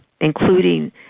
including